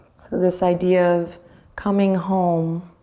so this idea of coming home